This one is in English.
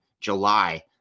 July